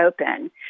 open